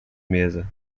mesa